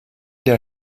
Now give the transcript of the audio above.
der